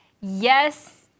yes